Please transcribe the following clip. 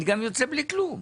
אני גם יוצא בלי כלום.